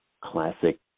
classic